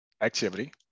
activity